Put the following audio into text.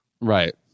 right